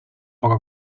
poca